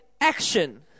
action